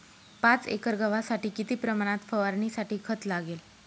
पाच एकर गव्हासाठी किती प्रमाणात फवारणीसाठी खत लागेल?